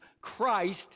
Christ